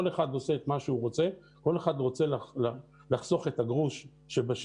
כל אחד עושה מה שהוא רוצה וכל אחד רוצה לחסוך את הגרוש שבשקל,